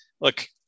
look